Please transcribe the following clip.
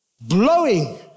blowing